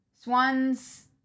Swan's